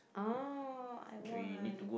!aww! I want